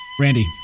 Randy